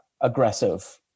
aggressive